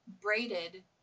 braided